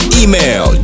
email